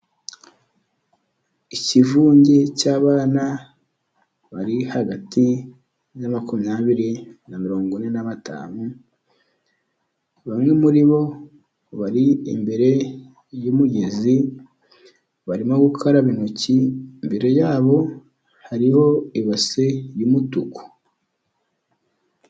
Ikivunge cy'abana bari hagati ya makumyabiri na mirongo ine na batanu, bamwe muri bo bari imbere y'umugezi barimo gukaraba intoki. Imbere yabo hariho ibasi y'umutuku.